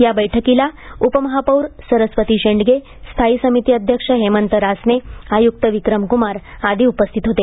या बैठकीला उपमहापौर सरस्वती शेंडगे स्थायी समिती अध्यक्ष हेमंत रासने आयुक्त विक्रम क्मार आदी उपस्थित होते